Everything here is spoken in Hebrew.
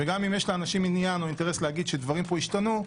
וגם אם יש לאנשים עניין או אינטרס להגיד שדברים פה השתנו,